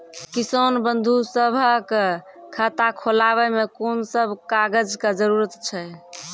किसान बंधु सभहक खाता खोलाबै मे कून सभ कागजक जरूरत छै?